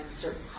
certain